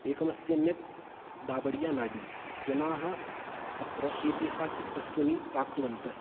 एकमस्ति अन्यत् दाबढियानाडि जनाः अत्र ऐतिहासिकवस्तूनि प्राप्तवन्तः